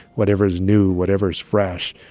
whatever is new, whatever is fresh.